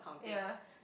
ya